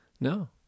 No